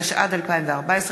התשע"ד 2014,